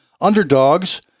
underdogs